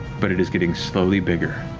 but it is getting slowly bigger.